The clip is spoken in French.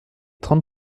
trente